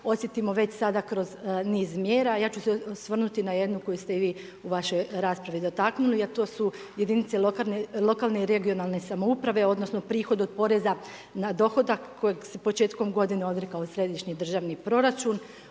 osjetimo već sada kroz niz mjera. Ja ću se osvrnuti na jednu koju ste i vi u vašoj raspravi dotaknuli a to su jedinice lokalne i regionalne samouprave odnosno prihod od poreza na dohodak kojeg s početkom godine se .../Govornik se ne